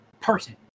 person